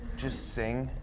just sing,